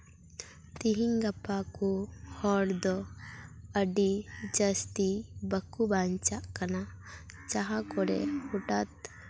ᱛᱮᱦᱮᱧ ᱜᱟᱯᱟ ᱠᱚ ᱦᱚᱲ ᱫᱚ ᱟᱹᱰᱤ ᱡᱟᱹᱥᱛᱤ ᱵᱟᱠᱚ ᱵᱟᱧᱪᱟᱜ ᱠᱟᱱᱟ ᱡᱟᱦᱟᱸ ᱠᱚᱨᱮ ᱦᱚᱴᱟᱛ